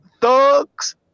thugs